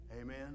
Amen